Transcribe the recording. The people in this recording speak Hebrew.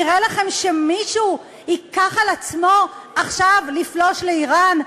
נראה לכם שמישהו ייקח על עצמו עכשיו לפלוש לאיראן?